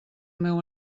meu